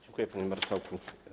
Dziękuję, panie marszałku.